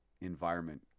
environment